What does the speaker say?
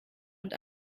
und